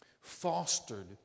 fostered